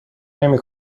نمی